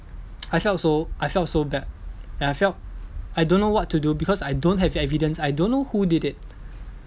I felt so I felt so bad and I felt I don't know what to do because I don't have evidence I don't know who did it